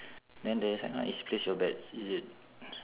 then there's ano~ is place your bets is it